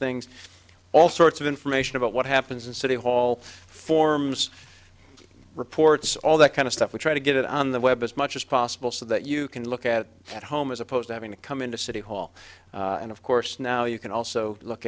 things all sorts of information about what happens in city hall forms reports all that kind of stuff we try to get it on the web as much as possible so that you can look at that home as opposed to having to come into city hall and of course now you can also look